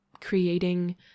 creating